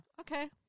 okay